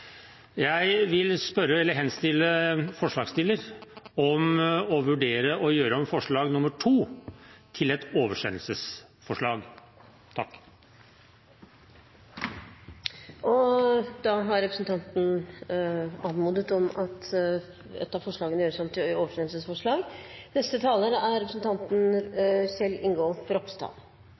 Jeg vil henstille til forslagsstilleren om å vurdere å gjøre om forslag nr. 2 til et oversendelsesforslag. Da har representanten Anders B. Werp anmodet om at ett av forslagene gjøres om til oversendelsesforslag. Representanten Kjell Ingolf Ropstad